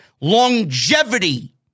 Longevity